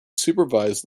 supervise